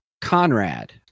Conrad